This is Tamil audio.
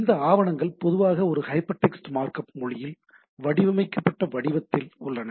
இந்த ஆவணங்கள் பொதுவாக ஒரு ஹைபர்டெக்ஸ்ட் மார்க்அப் மொழியில் வடிவமைக்கப்பட்ட வடிவத்தில் உள்ளன